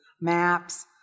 maps